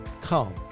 Come